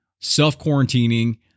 self-quarantining